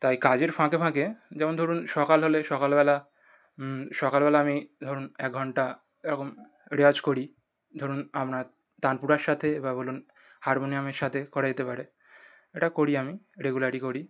তাই কাজের ফাঁকে ফাঁকে যেমন ধরুন সকাল হলে সকালবেলা সকালবেলা আমি ধরুন এক ঘন্টা এরকম রেওয়াজ করি ধরুন আপনার তানপুরার সাথে বা বলুন হারমোনিয়ামের সাথে করা যেতে পারে এটা করি আমি রেগুলারই করি